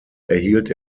erhielt